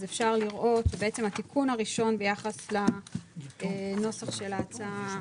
אפשר לראות את התיקון הראשון ביחס לנוסח של ההצעה